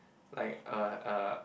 like uh uh